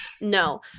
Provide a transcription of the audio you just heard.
no